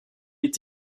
est